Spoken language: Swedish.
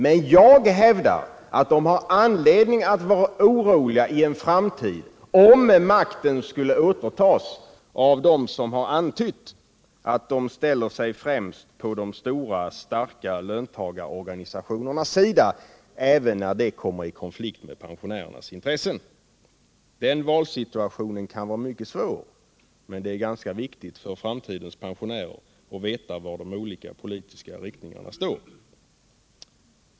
Men jag hävdar att de har anledning att vara oroliga i en framtid, om makten skulle återtas av dem som har antytt att de främst ställer sig på de stora, starka löntagarorganisationeras sida, även när det kommer i konflikt med pensionärernas intressen. Den valsituationen kan vara mycket svår, men det är ganska viktigt för framtidens pensionärer att veta var de olika politiska riktningarna står.